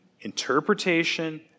interpretation